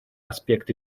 аспект